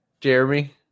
Jeremy